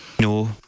No